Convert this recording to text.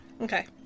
Okay